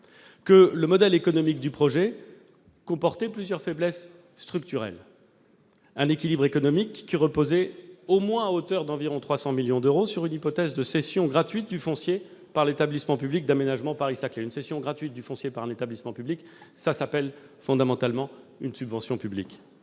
que le modèle économique du projet comportait plusieurs faiblesses structurelles. En particulier, l'équilibre économique reposait, au moins à hauteur d'environ 300 millions d'euros, sur l'hypothèse d'une cession gratuite du foncier par l'établissement public d'aménagement Paris-Saclay. Or, une cession gratuite de foncier par un établissement public, c'est une subvention publique